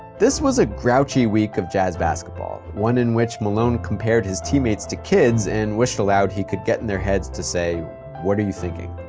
this was a grouchy week of jazz basketball, one in which malone compared his teammates to kids and wished aloud he could get in their heads to say what are you thinking.